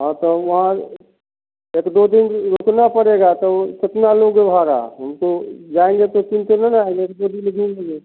हँ तो वहाँ एक दो दिन रुकना पड़ेगा तो वो कितना लोगे भाड़ा हम तो जाएँगे तो रहेंगे एक दो दिन घूमेंगे